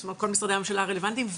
כל משרדי הממשלה הרלוונטיים,